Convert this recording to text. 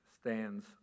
stands